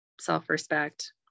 self-respect